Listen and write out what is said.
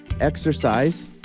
exercise